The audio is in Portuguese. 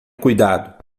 cuidado